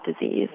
disease